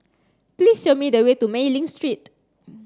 please show me the way to Mei Ling Street